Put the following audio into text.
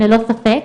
ללא ספק.